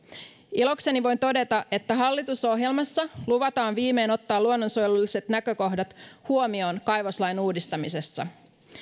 ilokseni voin todeta että hallitusohjelmassa luvataan viimein ottaa luonnonsuojelulliset näkökohdat huomioon kaivoslain uudistamisessa